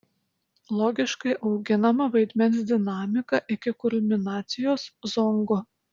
logiškai auginama vaidmens dinamika iki kulminacijos zongo